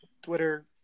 twitter